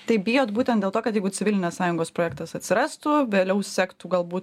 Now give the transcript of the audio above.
tai bijot būtent dėl to kad jeigu civilinės sąjungos projektas atsirastų vėliau sektų galbūt